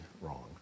wrong